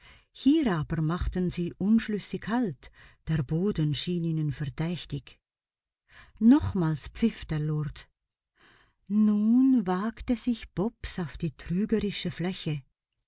hier aber machten sie unschlüssig halt der boden schien ihnen verdächtig nochmals pfiff der lord nun wagte sich bobs auf die trügerische fläche